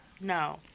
No